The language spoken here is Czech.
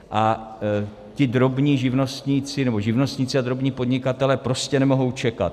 A ti drobní živnostníci, nebo živnostníci a drobní podnikatelé, prostě nemohou čekat.